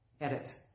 edit